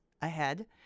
ahead